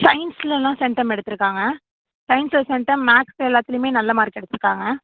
சையின்ஸ்லலாம் centum எடுத்துயிருக்காங்க சையின்ஸில் centum மேக்ஸில் எல்லாத்துலையுமே நல்ல மார்க் எடுத்துயிருக்காங்க